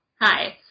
Hi